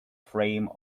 frame